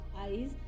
eyes